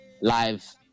live